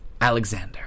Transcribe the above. Alexander